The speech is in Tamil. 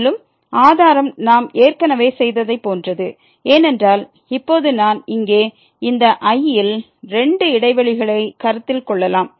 மேலும் ஆதாரம் நாம் ஏற்கனவே செய்ததைப் போன்றது ஏனென்றால் இப்போது நான் இங்கே இந்த I ல் 2 இடைவெளிகளை கருத்தில் கொள்ளலாம்